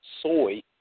soy